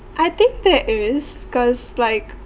I think that is because like